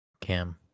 Cam